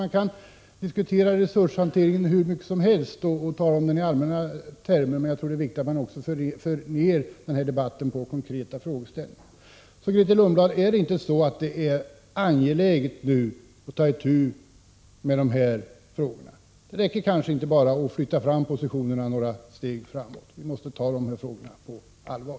Man kan diskutera resurshantering hur mycket som helst i allmänna termer, men det är också viktigt att man för in debatten på att gälla konkreta frågor. Grethe Lundblad! Är det inte nu angeläget att ta itu med dessa frågor? Det räcker kanske inte med att bara flytta fram positionerna några steg. Vi måste ta dessa frågor på allvar.